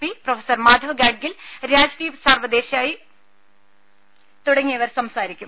P professor Madhav Gadgil Rajdeep Sardesai തുടങ്ങിയവർ സംബന്ധിക്കും